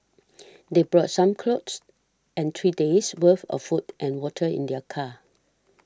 they brought some clothes and three days' worth of food and water in their car